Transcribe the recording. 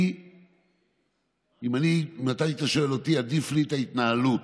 אם היית שואל אותי, עדיפה לי ההתנהלות